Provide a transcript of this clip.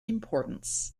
importance